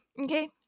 okay